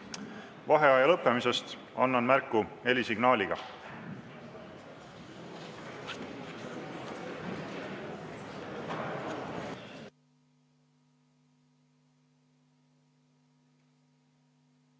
Vaheaja lõppemisest annan märku helisignaaliga.